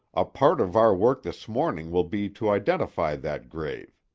a part of our work this morning will be to identify that grave.